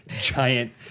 giant